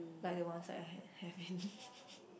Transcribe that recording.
like the ones that I had have